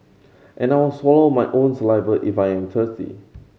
and I will swallow my own saliva if I am thirsty